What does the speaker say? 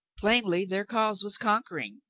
plainly their cause was conquering.